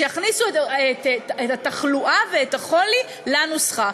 שיכניסו את התחלואה ואת החולי לנוסחה.